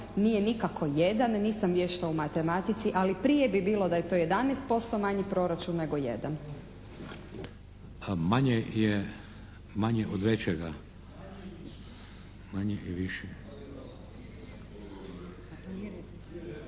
nije nikako 1. Nisam vješta u matematici ali prije bi bilo da je to 11% manji proračun nego 1. **Šeks, Vladimir (HDZ)** Manje je, manje od većega.